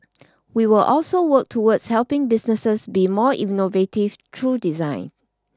we will also work towards helping businesses be more innovative through design